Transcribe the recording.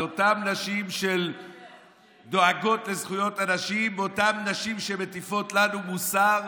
אלו אותן נשים שדואגות לזכויות הנשים ואותן נשים שמטיפות לנו מוסר.